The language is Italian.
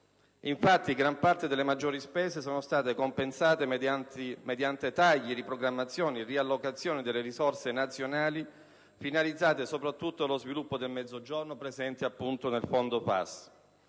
Infatti, gran parte delle maggiori spese sono state compensate mediante tagli, riprogrammazioni e riallocazioni delle risorse nazionali finalizzate soprattutto allo sviluppo del Mezzogiorno, presenti nel Fondo per